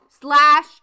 slash